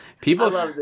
People